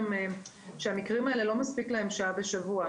והמקרים האלה צריכים יותר משעה בשבוע.